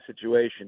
situation